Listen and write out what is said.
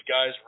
guys